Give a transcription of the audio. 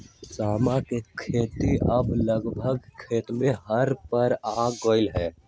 समा के खेती अब लगभग खतमे होय पर आ गेलइ ह